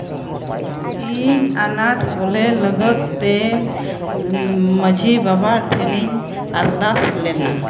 ᱤᱧ ᱟᱱᱟᱴ ᱥᱚᱞᱦᱮ ᱞᱟᱜᱟᱫ ᱛᱮ ᱢᱟᱺᱡᱷᱤ ᱵᱟᱵᱟ ᱴᱷᱮᱱᱤᱧ ᱟᱨᱫᱟᱥ ᱞᱮᱱᱟ